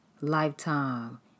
Lifetime